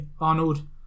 Arnold